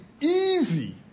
easy